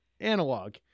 analog